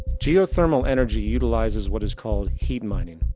geothermal energy utilizes, what is called heat mining.